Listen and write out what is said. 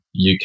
UK